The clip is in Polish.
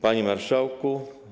Panie Marszałku!